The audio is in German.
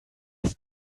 das